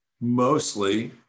mostly